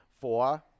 four